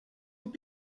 vous